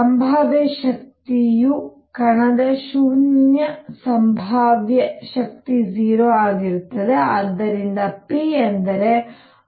ಸಂಭಾವ್ಯ ಶಕ್ತಿಯು ಕಣದ ಶೂನ್ಯ ಸಂಭಾವ್ಯ ಶಕ್ತಿ 0 ಆಗಿರುತ್ತದೆ ಆದ್ದರಿಂದ p ಅಂದರೆ 2mE